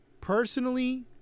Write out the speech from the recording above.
personally